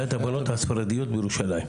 הבנות הספרדיות בירושלים.